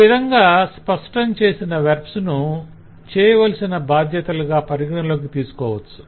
ఈ విధంగా స్పష్టం చేసిన వెర్బ్స్ ను చేయవలసిన బాధ్యతలుగా పరిగణలోకి తీసుకోవచ్చు